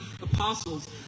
apostles